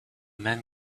men